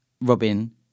Robin